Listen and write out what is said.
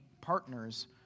partners